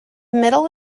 middle